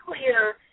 clear